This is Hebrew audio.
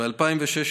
ב-2016,